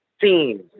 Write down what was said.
Themes